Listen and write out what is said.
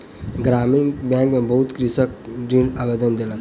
ग्रामीण बैंक में बहुत कृषक ऋणक आवेदन देलक